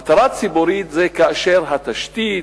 מטרה ציבורית זה כאשר התשתית,